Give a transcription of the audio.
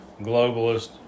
globalist